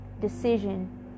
decision